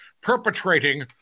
perpetrating